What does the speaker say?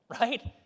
right